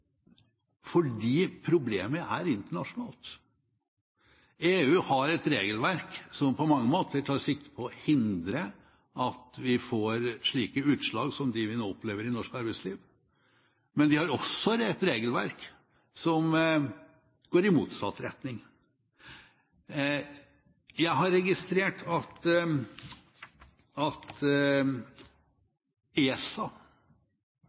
fordi problemet er internasjonalt. EU har et regelverk som på mange måter tar sikte på å hindre at vi får slike utslag som dem vi nå opplever i norsk arbeidsliv, men de har også et regelverk som går i motsatt retning. Jeg har registrert at ESA